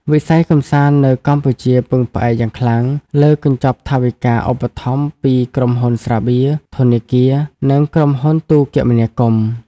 វិស័យកម្សាន្តនៅកម្ពុជាពឹងផ្អែកយ៉ាងខ្លាំងលើកញ្ចប់ថវិកាឧបត្ថម្ភពីក្រុមហ៊ុនស្រាបៀរ ធនាគារ និងក្រុមហ៊ុនទូរគមនាគមន៍។